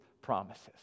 promises